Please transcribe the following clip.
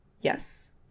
Yes